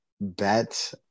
bet